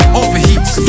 overheats